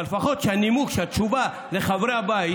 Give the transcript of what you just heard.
אבל לפחות שהנימוק, שהתשובה לחברי הבית